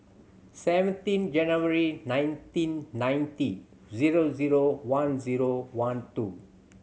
seventeen January nineteen ninety zero zero one zero one two